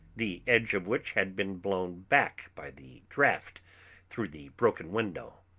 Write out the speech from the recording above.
the edge of which had been blown back by the draught through the broken window,